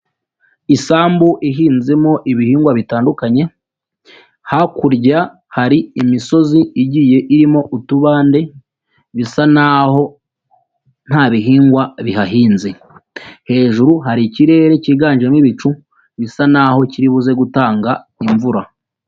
Isambu ihinzemo ibihingwa bitandukanye hakurya hari imisozi igiye irimo utubande bisa naho nta bihingwa bihahinze, hejuru hari ikirere kiganjemo ibicu bisa naho kiri buze gutanga imvura.